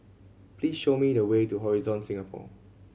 please show me the way to Horizon Singapore